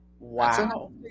Wow